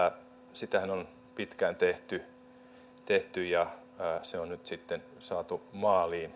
sitähän on pitkään tehty tehty ja se on nyt sitten saatu maaliin